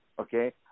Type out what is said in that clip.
okay